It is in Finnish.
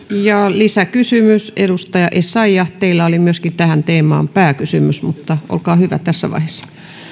lisäkysymys edustaja essayah myöskin teillä oli tähän teemaan pääkysymys mutta olkaa hyvä tässä vaiheessa